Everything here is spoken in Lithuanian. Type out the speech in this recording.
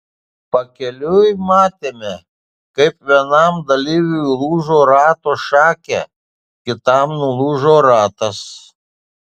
pakeliui matėme kaip vienam dalyviui lūžo rato šakė kitam nulūžo ratas